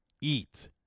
eat